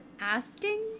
asking